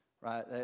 right